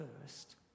first